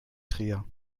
trier